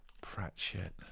Pratchett